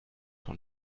von